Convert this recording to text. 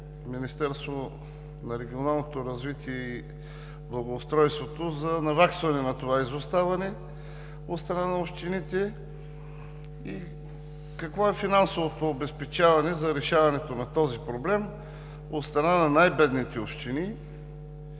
Министерството на регионалното развитие и благоустройството за наваксване на това изоставане от страна на общините? Какво е финансовото обезпечаване за решаването на този проблем от страна на най бедните общини?